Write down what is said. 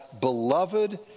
beloved